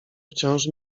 wciąż